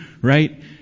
right